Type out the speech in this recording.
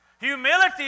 Humility